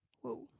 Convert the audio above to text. Whoa